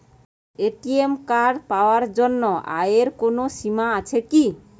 ATM card পাওয়ার জন্য আয়ের কোনো সীমা আছে কি?